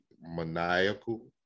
maniacal